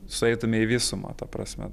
sueitume į visumą ta prasme